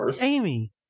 Amy